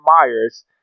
Myers